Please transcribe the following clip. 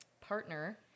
partner